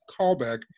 callback